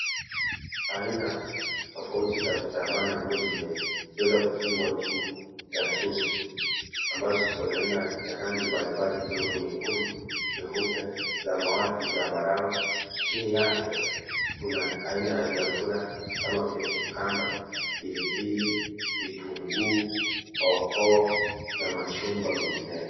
Aina tofauti za vitambaa na nguo zimeweza kufungwa juu ya kiosk ambazo ziko na aina ya rangi mbalimbali ikiwemo nyekundu, nyeupe , samawati zambarau chini yake kuna aina ya vyakula kama vile cucumber , pilipili , vitunguu,, hoho na machungwa mengineo.